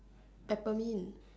Peppermint